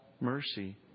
mercy